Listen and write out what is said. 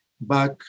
back